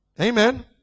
Amen